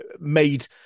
made